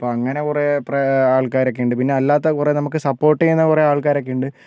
അപ്പോൾ അങ്ങനെ കുറെ അഭിപ്രായ അ ആൾക്കാര് ഒക്കെ ഉണ്ട് പിന്നെ അല്ലാത്ത കുറെ സപ്പോർട്ട് ചെയ്യുന്ന കുറേ ആൾക്കാരൊക്കെ ഉണ്ട്